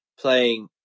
playing